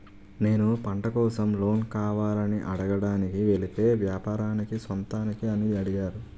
నేను పంట కోసం లోన్ కావాలని అడగడానికి వెలితే వ్యాపారానికా సొంతానికా అని అడిగారు